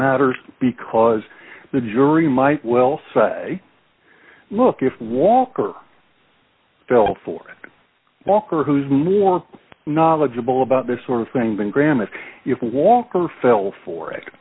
matters because the jury might well say look if walter fell for walker who's more knowledgeable about this sort of thing than granted if walker fell for it